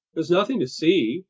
there's nothing to see,